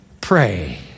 pray